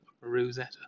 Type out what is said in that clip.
Rosetta